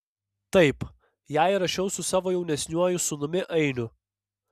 taip ją įrašiau su savo jaunesniuoju sūnumi ainiu